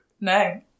No